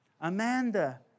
Amanda